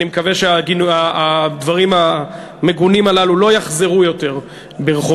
אני מקווה שהדברים המגונים הללו לא יחזרו עוד ברחובותינו.